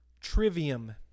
Trivium